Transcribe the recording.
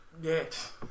Yes